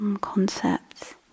concepts